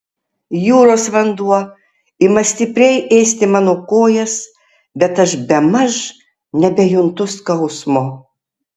jūros vanduo ima stipriai ėsti mano kojas bet aš bemaž nebejuntu skausmo